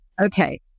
Okay